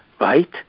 right